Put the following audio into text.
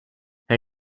her